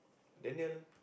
Daniel